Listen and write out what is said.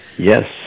Yes